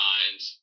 Minds